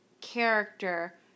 character